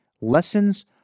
Lessons